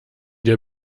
dir